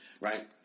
Right